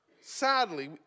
sadly